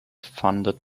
funded